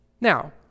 now